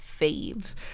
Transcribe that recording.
faves